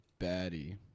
baddie